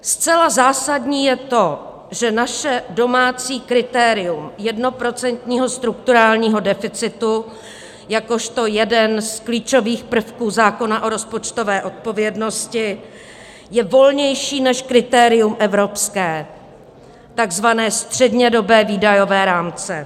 Zcela zásadní je to, že naše domácí kritérium jednoprocentního strukturálního deficitu jakožto jeden z klíčových prvků zákona o rozpočtové odpovědnosti je volnější než kritérium evropské, takzvané střednědobé výdajové rámce.